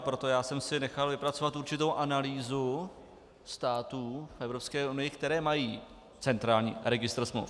Proto jsem si nechal vypracovat určitou analýzu států v Evropské unii, které mají centrální registr smluv.